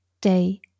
day